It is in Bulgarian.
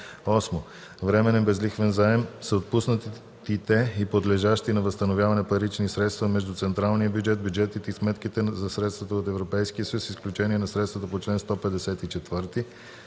8. „Временен безлихвен заем” са отпуснатите и подлежащи на възстановяване парични средства между централния бюджет, бюджетите и сметките за средства от Европейския съюз с изключение на средствата по чл. 154,